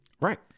Right